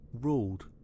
ruled